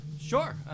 Sure